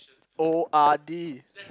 O_R_D